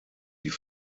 die